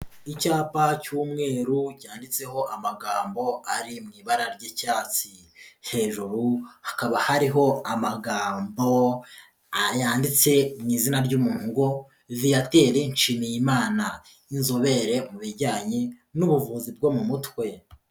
Icyapa cy'umweru cyanditseho amagambo ari mu ibara ry'icyatsi, hejuru hakaba hariho amagambo yanditse mu izina ry'umuntu ngo Viateuri Nshimiyimana, inzobere mu bijyanye n'ubuvuzi bwo mu mutwe.